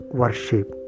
worship